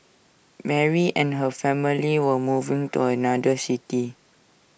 Mary and her family were moving to another city